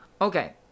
okay